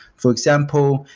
for example,